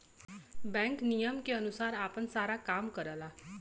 bank नियम के अनुसार आपन सारा काम करला